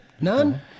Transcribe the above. none